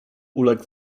uległ